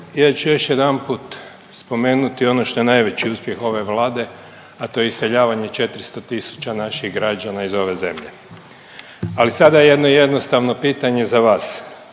ja ću još jedanput spomenuti ono što je najveći uspjeh ove Vlade, a to je iseljavanje 400 tisuća naših građana iz ove zemlje, ali sada jedno jednostavno pitanje za vas.